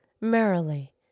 merrily